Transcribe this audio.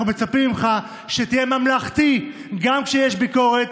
אנחנו מצפים ממך שתהיה ממלכתי, גם כשיש ביקורת.